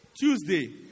Tuesday